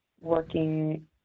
Working